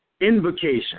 invocation